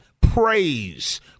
praise